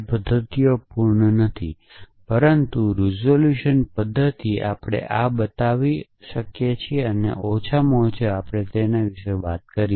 તે પદ્ધતિઓ પૂર્ણ નથી પરંતુ રીઝોલ્યુશન પદ્ધતિ આપણે આ બતાવી અથવા ઓછામાં ઓછી આપણે તેના વિશે વાત કરી